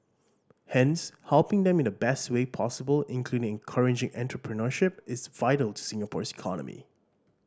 hence helping them in the best way possible including encouraging entrepreneurship is vital to Singapore's economy